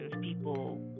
people